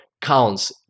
counts